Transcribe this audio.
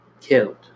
killed